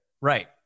right